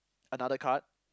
another card